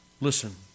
Listen